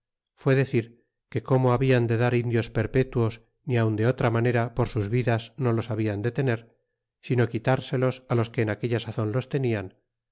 fué decir que como habian de dar indios perpetuos ni aun de otra manera por sus vidas no los hablan de tener sino quitárselos los que en aquella sazon los tanian